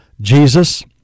Jesus